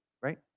right